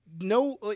no